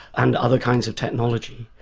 and other kinds of technology,